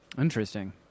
Interesting